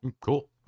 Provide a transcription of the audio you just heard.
cool